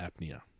apnea